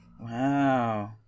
Wow